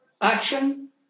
action